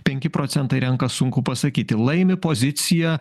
penki procentai renkas sunku pasakyti laimi pozicija